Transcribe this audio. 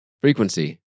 frequency